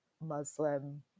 Muslim